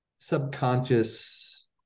subconscious